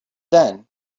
then